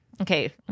Okay